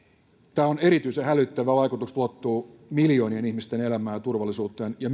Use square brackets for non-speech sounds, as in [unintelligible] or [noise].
tämä on erityisen hälyttävää vaikutus ulottuu miljoonien ihmisten elämään ja turvallisuuteen ja [unintelligible]